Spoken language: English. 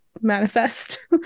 manifest